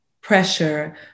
pressure